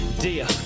Dear